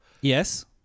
yes